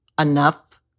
enough